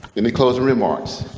any closing remarks?